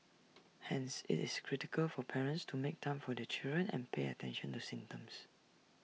hence IT is critical for parents to make time for their children and pay attention to symptoms